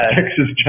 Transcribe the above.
Texas